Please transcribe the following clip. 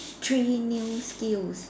three new skills